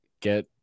get